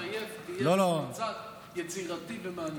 אל תתעייף, תהיה יצירתי ומעניין.